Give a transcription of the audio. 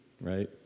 Right